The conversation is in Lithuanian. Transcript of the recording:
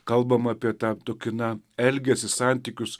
kalbam apie tą tokį na elgesį santykius